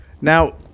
Now